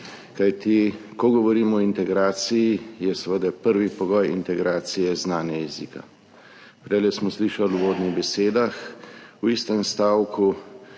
Kajti ko govorimo o integraciji, je seveda prvi pogoj integracije znanje jezika. Prej smo slišali v uvodnih besedah v istem stavku